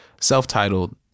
self-titled